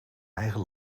eigen